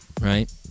right